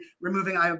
removing